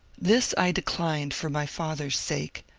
this i declined for my father's sake,